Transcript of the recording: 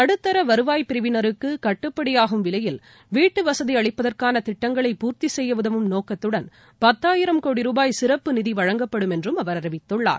நடுத்தர வருவாய் பிரிவினருக்கு கட்டுப்படியாகும் விலையில் வீட்டுவசதி அளிப்பதற்கான திட்டங்களை பூர்த்திசெய்ய உதவும் நோக்கத்துடன் பத்தாயிரம் கோடி ரூபாய் சிற்ப்பு நிதி வழங்கப்படும் என்றும் அவர் அறிவித்துள்ளார்